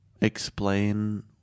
Explain